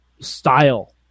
style